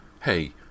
Hey